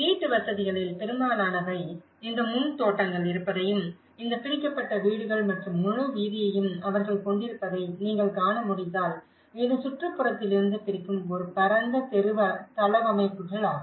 வீட்டுவசதிகளில் பெரும்பாலானவை இந்த முன் தோட்டங்கள் இருப்பதையும் இந்த பிரிக்கப்பட்ட வீடுகள் மற்றும் முழு வீதியையும் அவர்கள் கொண்டிருப்பதை நீங்கள் காண முடிந்தால் இது சுற்றுப்புறத்திலிருந்து பிரிக்கும் ஒரு பரந்த தெரு தளவமைப்புகள் ஆகும்